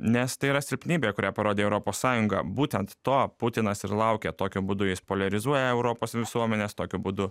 nes tai yra silpnybė kurią parodė europos sąjunga būtent to putinas ir laukia tokiu būdu jis poliarizuoja europos visuomenes tokiu būdu